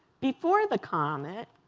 before the comet,